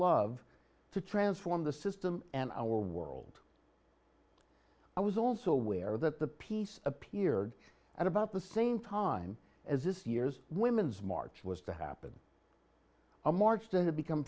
love to transform the system and our world i was also aware that the piece appeared at about the same time as this year's women's march was to happen a marched in to become